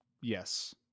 Yes